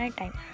time